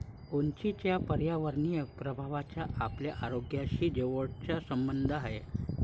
उंचीच्या पर्यावरणीय प्रभावाचा आपल्या आरोग्याशी जवळचा संबंध आहे